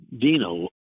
Dino